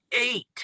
eight